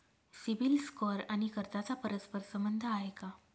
CIBIL score आणि कर्जाचा परस्पर संबंध आहे का?